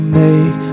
make